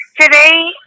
Today